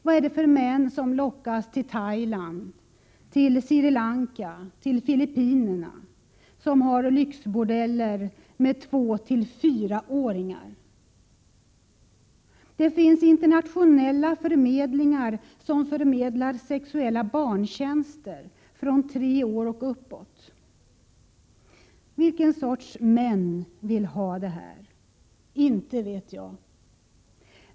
Vad är det för män som lockas till Thailand, Sri Lanka och Filippinerna av lyxbordeller med 2-4 åringar? Det finns internationella förmedlingar som förmedlar sexuella barntjänster från tre år och uppåt. Vilken sorts män vill ha detta? Inte vet jag.